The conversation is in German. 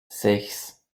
sechs